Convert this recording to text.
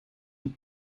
een